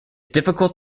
difficult